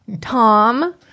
Tom